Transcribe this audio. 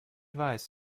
advise